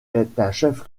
chef